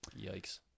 Yikes